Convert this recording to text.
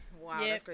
Wow